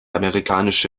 amerikanische